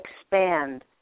expand